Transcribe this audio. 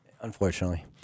Unfortunately